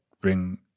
bring